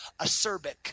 acerbic